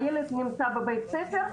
הילד נמצא בבית הספר,